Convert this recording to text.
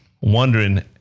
wondering